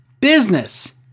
business